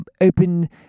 open